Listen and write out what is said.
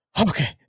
okay